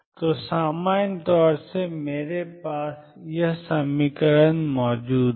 तो सामान्य तौर पर मेरे पास iℏdψdtH है